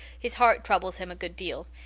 his heart troubles him a good deal.